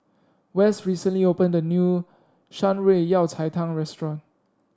Wes recently opened a new Shan Rui Yao Cai Tang restaurant